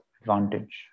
advantage